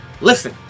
Listen